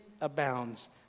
abounds